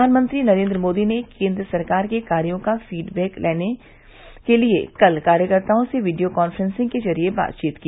प्रधानमंत्री नरेन्द्र मोदी ने केन्द्र सरकार के कार्यो का फीड बैक लेने के लिए कल कार्यकर्ताओं से वीडियो कान्फ्रेंसिंग के जरिए बातचीत की